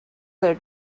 their